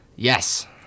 Yes